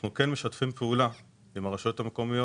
אנחנו משתפים פעולה עם הרשויות המקומיות,